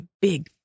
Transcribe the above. big